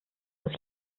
dass